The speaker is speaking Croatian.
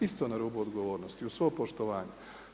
Isto na rubu odgovornosti uz svo poštovanje.